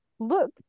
Look